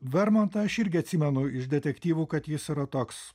vermontą aš irgi atsimenu iš detektyvų kad jis yra toks